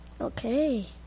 Okay